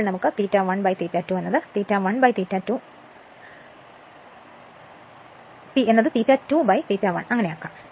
അതിനാൽ നമുക്ക് ∅1 ∅ 2 ∅1 ∅ 2 ∅2 ∅ 1 ആക്കാം